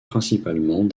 principalement